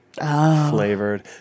flavored